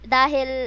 dahil